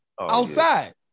outside